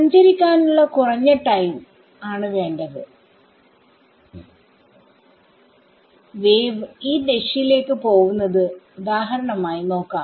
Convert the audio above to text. സഞ്ചരിക്കാനുള്ള കുറഞ്ഞ ടൈം ആണ് വേണ്ടത് വേവ് ഈ ദിശയിലേക്ക് പോവുന്നത് ഉദാഹരണമായി നോക്കാം